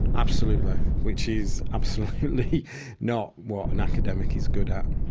absolutely, which is absolutely not what an academic is good at.